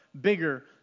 bigger